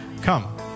come